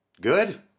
good